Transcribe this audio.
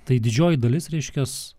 tai didžioji dalis reiškias